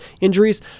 injuries